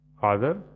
Father